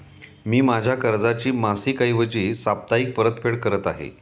मी माझ्या कर्जाची मासिक ऐवजी साप्ताहिक परतफेड करत आहे